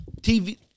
TV